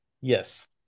yes